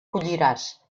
colliràs